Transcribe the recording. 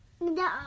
No